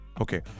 Okay